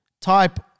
type